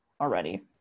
already